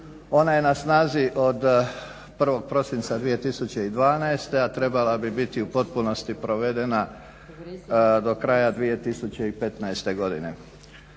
Ona je na snazi od 1. prosinca 2012. a trebala bi biti u potpunosti provedena do kraja 2015. godine.